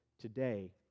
today